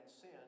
sin